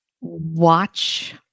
Watch